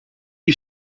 you